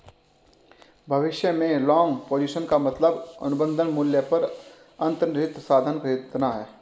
भविष्य में long position का मतलब अनुबंध मूल्य पर अंतर्निहित साधन खरीदना है